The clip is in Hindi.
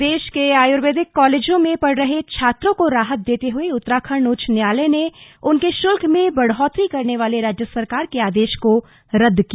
प्रदेश के आयूर्वेदिक कॉलेजों में पढ़ रहे छात्रों को राहत देते हए उत्तराखंड उच्च न्यायालय ने उनके शुल्क में बढोतरी करने वाले राज्य सरकार के आदेश को रद्द किया